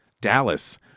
Dallas